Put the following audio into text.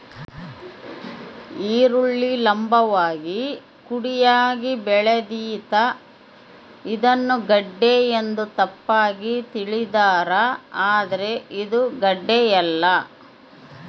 ಈರುಳ್ಳಿ ಲಂಭವಾಗಿ ಕುಡಿಯಾಗಿ ಬೆಳಿತಾದ ಇದನ್ನ ಗೆಡ್ಡೆ ಎಂದು ತಪ್ಪಾಗಿ ತಿಳಿದಾರ ಆದ್ರೆ ಇದು ಗಡ್ಡೆಯಲ್ಲ